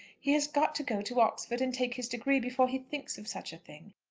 he has got to go to oxford and take his degree before he thinks of such a thing.